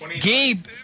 Gabe